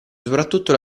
soprattutto